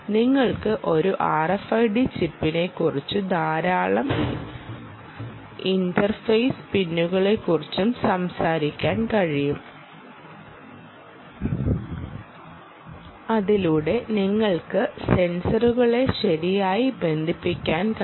നിങ്ങൾക്ക് ഒരു RFID ചിപ്പിനെക്കുറിച്ചും ധാരാളം ഇന്റർഫേസ് പിന്നുകളെക്കുറിച്ചും സംസാരിക്കാൻ കഴിയും അതിലൂടെ നിങ്ങൾക്ക് സെൻസറുകളെ ശരിയായി ബന്ധിപ്പിക്കാൻ കഴിയും